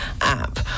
app